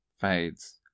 fades